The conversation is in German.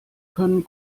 können